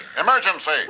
emergency